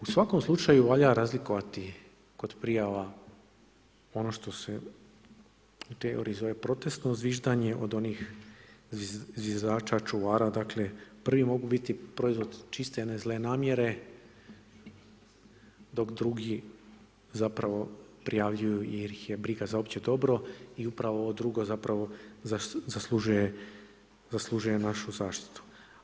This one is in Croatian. U svakom slučaju valja razlikovati kod prijava ono što se u teoriji zove protestno zviždanje od onih zviždača čuvara, dakle prvi mogu biti proizvod čiste jedne zle namjere dok drugi zapravo prijavljuju jer ih je briga za opće dobro i upravo ovo drugo zapravo zaslužuje našu zaštitu.